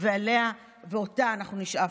שעליה נלחמנו ושאותה אנחנו אוהבים,